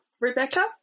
Rebecca